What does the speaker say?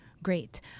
great